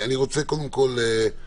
אני רוצה להגיד,